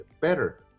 better